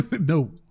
no